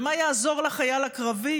ומה יעזור לחייל הקרבי